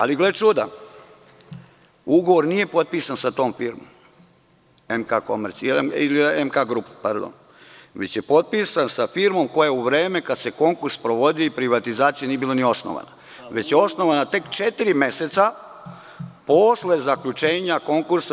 Ali, gle čuda, ugovor nije potpisan sa tom firmom „MK grup“, već je potpisan sa firmom koja je u vreme kada se konkurs sprovodio i privatizacija, nije bila ni osnovana, već je osnovana tek četiri meseca posle zaključenja konkursa.